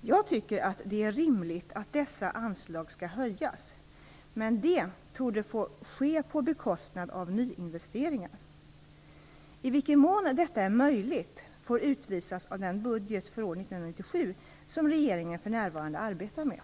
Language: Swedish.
Jag tycker att det är rimligt att dessa anslag skall höjas, men det torde få ske på bekostnad av nyinvesteringar. I vilken mån detta är möjligt får utvisas av den budget för år 1997 som regeringen för närvarande arbetar med.